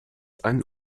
einen